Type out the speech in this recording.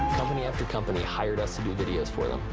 company after company hired us to do videos for them.